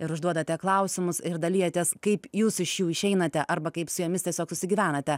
ir užduodate klausimus ir dalijatės kaip jūs iš jų išeinate arba kaip su jomis tiesiog susigyvenate